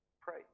pray